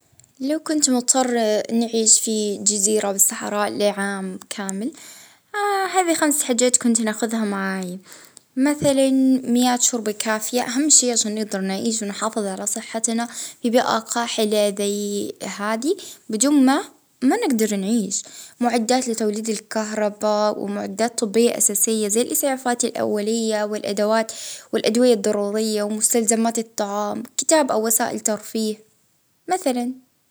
آ أول شي هى المية اللي هي يعني تعني الحياة وتاني شي الغذاء باش ما نجوعش وكتاب باش يسليني ويفوت الوجت و موس باش نجدر نتصرف لو تعرضت لخطر، وكاشف باش أو النار باش نطيب ونحتمى نتدفى.